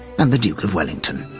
and the duke of wellington.